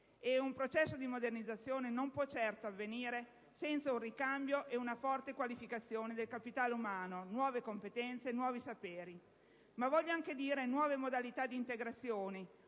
ed un processo di modernizzazione non può certo avvenire senza un ricambio ed una forte qualificazione del capitale umano, senza nuove competenze, nuovi saperi, ma anche nuove modalità di integrazione.